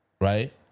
right